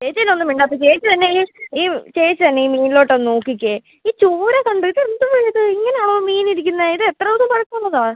ചേച്ചി എന്നാ ഒന്നും മിണ്ടാത്തത് ചേച്ചി തന്നെ ഈ ഈ ചേച്ചി തന്നെ ഈ മീനിലോട്ട് നോക്കിക്കേ ഈ ചൂര കണ്ടോ ഇതെന്തുവാണ് ഇത് ഇങ്ങനെയാണോ മീനിരിക്കുന്നത് ഇതെത്ര ദിവസം പഴക്കം ഉള്ളതാണ്